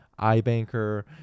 iBanker